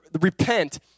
repent